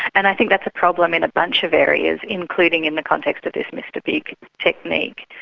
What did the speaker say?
and i think that's a problem in a bunch of areas, including in the context of this mr big technique.